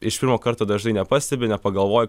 iš pirmo karto dažnai nepastebi nepagalvoji